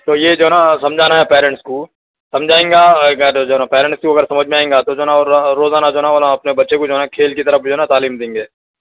تو یہ جو ہے نا سمجھانا ہے پیرینٹس کو سمجھائیں گا اگر جو ہے نا پیرینٹس کو اگر سمجھ میں آئیں گا تو جو ہے نا وہ روزانہ جو ہے نا انہوں اپنے بچے کو جو ہے کھیل کی طرف جو ہے نا تعلیم دیں گے